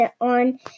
on